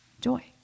joy